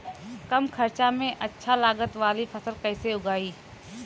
कम खर्चा में अच्छा लागत वाली फसल कैसे उगाई?